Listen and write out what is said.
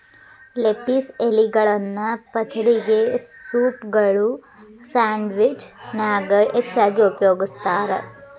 lettuce ಎಲಿಗಳನ್ನ ಪಚಡಿಗೆ, ಸೂಪ್ಗಳು, ಸ್ಯಾಂಡ್ವಿಚ್ ನ್ಯಾಗ ಹೆಚ್ಚಾಗಿ ಉಪಯೋಗಸ್ತಾರ